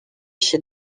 chez